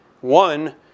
one